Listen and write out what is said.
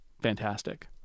fantastic